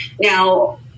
Now